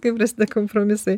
kaip rast tą kompromisą